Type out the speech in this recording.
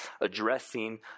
addressing